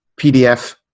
PDF